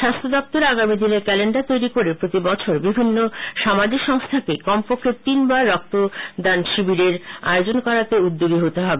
স্বাস্হ্যদপ্তর আগামীদিনে ক্যালেন্ডার তৈরী করে প্রতিবছর বিভিন্ন সামাজিক সংস্থাকে কমপক্ষে তিনবার রক্তদান শিবিরের আয়োজন করাতে উদ্যোগী হবে